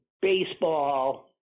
Baseball